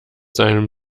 seinem